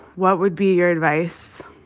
what would be your advice?